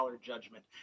judgment